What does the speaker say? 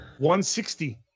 160